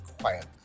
quiet